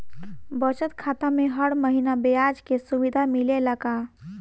बचत खाता में हर महिना ब्याज के सुविधा मिलेला का?